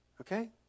okay